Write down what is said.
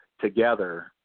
together